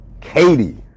Katie